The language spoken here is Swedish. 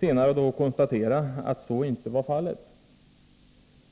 senare konstatera att så inte blev fallet.